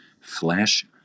flash